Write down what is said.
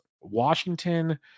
Washington